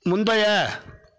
முந்தைய